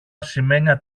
ασημένια